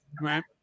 right